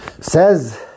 Says